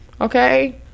Okay